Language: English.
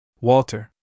Walter